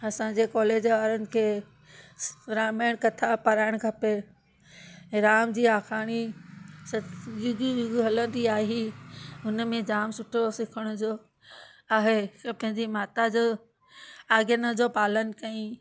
असांजे कॉलेज वारनि खे रामायण कथा पढ़ाइणु खपे ऐं राम जी आखाणी सत युग युग हलंदी आई हुन में जाम सुठो सिखण जो आहे त पंहिंजी माता जो आज्ञा जो पालन कयाईं